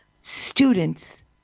Students